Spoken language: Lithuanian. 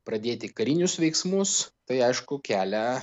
pradėti karinius veiksmus tai aišku kelia